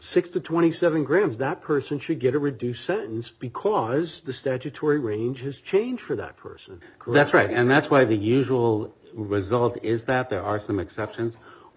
six to twenty seven grams that person should get a reduced sentence because the statutory ranges change for that person that's right and that's why the usual result is that there are some exceptions we've